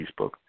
Facebook